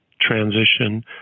transition